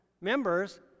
members